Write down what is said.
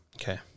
Okay